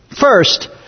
First